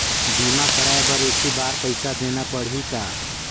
बीमा कराय बर एक ही बार पईसा देना पड़ही का?